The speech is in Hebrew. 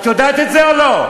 את יודעת את זה או לא?